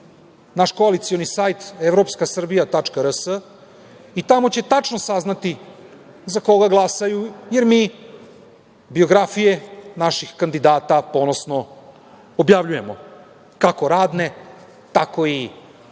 naš koalicioni sajt - evropskasrbija.rs i tamo će tačno saznati za koga glasaju, jer mi biografije naših kandidata ponosno objavljujemo, kako radne, tako i